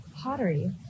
pottery